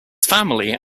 family